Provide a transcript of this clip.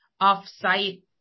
off-site